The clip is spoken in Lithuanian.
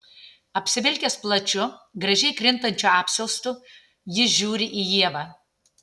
apsivilkęs plačiu gražiai krintančiu apsiaustu jis žiūri į ievą